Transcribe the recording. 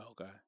Okay